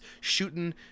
shooting